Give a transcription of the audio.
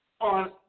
on